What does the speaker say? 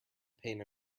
pain